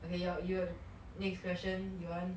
okay your wan~ next question you want